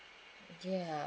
ya